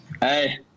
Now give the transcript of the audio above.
Hey